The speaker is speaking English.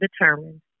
determined